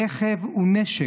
רכב הוא נשק,